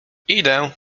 idę